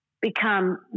become